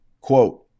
Quote